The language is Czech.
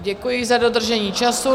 Děkuji za dodržení času.